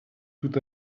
tout